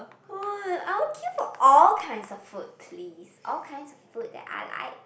what I would queue for all kinds of food please all kinds of food that I like